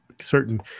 certain